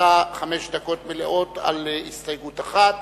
לרשותה חמש דקות מלאות, על הסתייגות אחת.